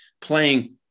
playing